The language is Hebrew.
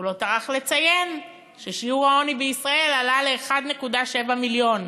הוא לא טרח לציין ששיעור העוני בישראל עלה ל-1.7 מיליון.